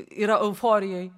yra euforijoj